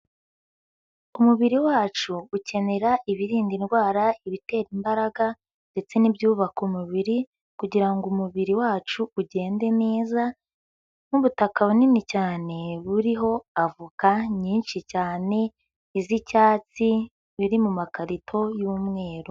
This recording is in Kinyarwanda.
Umubiri wacu ukenera ibirinda indwara, ibitera imbaraga ndetse n'ibyubaka umubiri kugira ngo umubiri wacu ugende neza n'ubutaka bunini cyane buriho avoka nyinshi cyane iz'icyatsi biri mu makarito y'umweru.